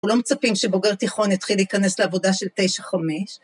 לא מצפים שבוגר תיכון יתחיל להיכנס לעבודה של תשע-חמש.